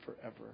forever